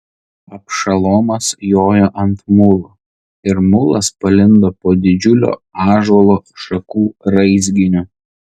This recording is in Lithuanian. abšalomas jojo ant mulo ir mulas palindo po didžiulio ąžuolo šakų raizginiu